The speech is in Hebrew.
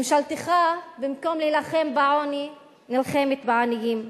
ממשלתך, במקום להילחם בעוני, נלחמת בעניים.